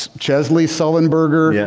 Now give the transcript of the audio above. chesley sullenberger, yeah